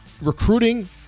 recruiting